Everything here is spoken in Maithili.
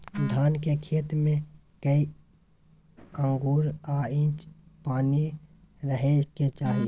धान के खेत में कैए आंगुर आ इंच पानी रहै के चाही?